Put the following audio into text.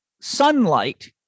sunlight